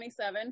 27